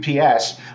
UPS